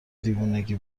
دیوونگی